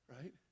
right